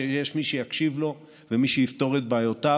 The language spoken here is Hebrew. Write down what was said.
שיש מי שיקשיב לו ומי שיפתור את בעיותיו,